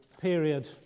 period